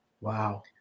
wow